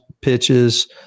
pitches